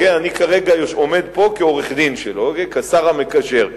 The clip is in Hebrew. אני כרגע עומד פה כעורך-דין שלו וכשר המקשר,